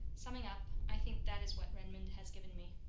summing up, i think that is what redmond has given me.